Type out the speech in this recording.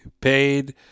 paid